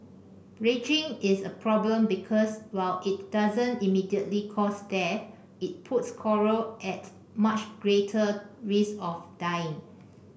bleaching is a problem because while it doesn't immediately cause death it puts coral at much greater risk of dying